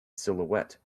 silhouette